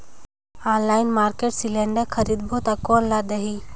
Online market cylinder खरीदबो ता कोन ला देही?